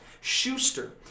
Schuster